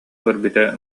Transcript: көрбүтэ